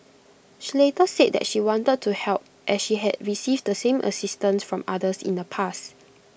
she later said that she wanted to help as she had received the same assistance from others in the past